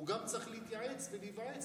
הוא גם צריך להתייעץ ולהיוועץ,